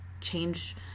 change